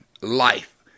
life